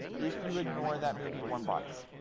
if you ignore that movie warm bodies.